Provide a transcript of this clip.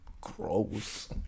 Gross